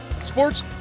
sports